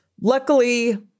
Luckily